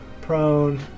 Prone